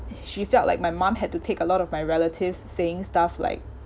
she felt like my mum had to take a lot of my relatives saying stuff like